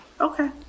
Okay